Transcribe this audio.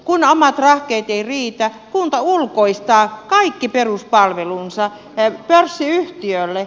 kun omat rahkeet eivät riitä kunta ulkoistaa kaikki peruspalvelunsa pörssiyhtiölle